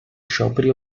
scioperi